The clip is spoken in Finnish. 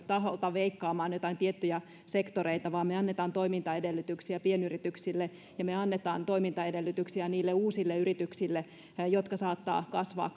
taholta veikkaamaan joitain tiettyjä sektoreita vaan me annamme toimintaedellytyksiä pienyrityksille ja me annamme toimintaedellytyksiä niille uusille yrityksille jotka saattavat kasvaa